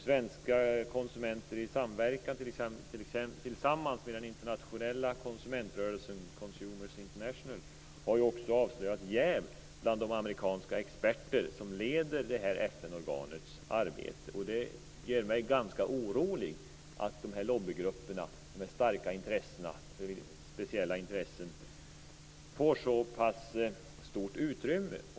Svenska konsumenter i samverkan tillsammans med den internationella konsumentrörelsen Consumers International har också avslöjat jäv bland de amerikanska experter som leder detta FN-organs arbete. Det gör mig orolig att dessa lobbygrupper, dessa starka intressen, får så pass stort utrymme.